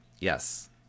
Yes